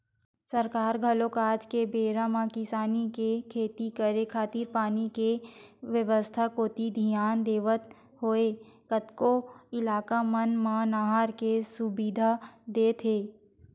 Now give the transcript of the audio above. सरकार घलो आज के बेरा म किसान के खेती करे खातिर पानी के बेवस्था कोती धियान देवत होय कतको इलाका मन म नहर के सुबिधा देत हे